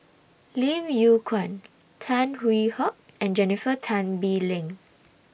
Lim Yew Kuan Tan Hwee Hock and Jennifer Tan Bee Leng